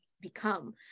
become